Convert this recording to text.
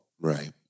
Right